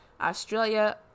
Australia